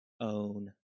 own